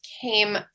came